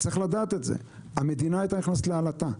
צריך לדעת שהמדינה היתה נכנסת לעלטה.